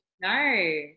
No